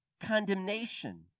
condemnation